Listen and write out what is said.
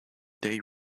day